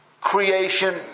creation